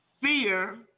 Fear